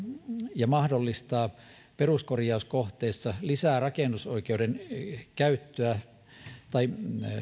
ja mahdollistaa peruskorjauskohteissa lisää rakennusoikeuden käyttöä tai